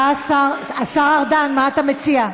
השר ארדן, מה אתה מציע?